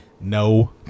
No